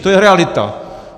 To je realita.